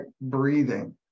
breathing